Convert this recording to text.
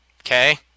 Okay